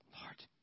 Lord